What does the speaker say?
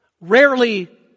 Rarely